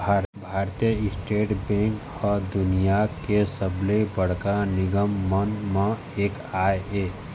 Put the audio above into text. भारतीय state bank ह दुनिया के सबले बड़का निगम मन म एक आय